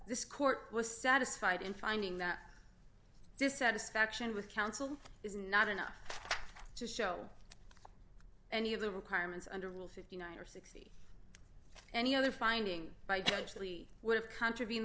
this court was satisfied in finding that dissatisfaction with counsel is not enough to show any of the requirements under rule fifty nine or sixty any other finding by julie would have contravene